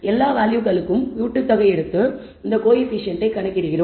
எல்லா வேல்யூகளுக்கும் கூட்டுத்தொகை எடுத்து இந்த கோயபிசியண்ட்டை கணக்கிடுகிறோம்